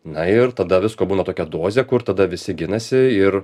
na ir tada visko būna tokia dozė kur tada visi ginasi ir